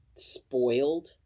spoiled